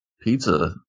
pizza